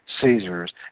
Caesars